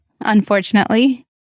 unfortunately